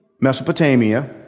Mesopotamia